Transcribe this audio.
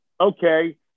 okay